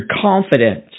confidence